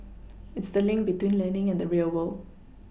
it's the link between learning and the real world